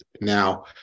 Now